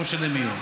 לא משנה מי.